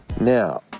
now